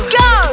go